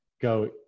go